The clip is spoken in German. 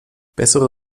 bessere